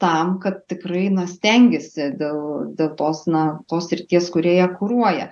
tam kad tikrai na stengiasi dėl dėl tos na tos srities kurią jie kuruoja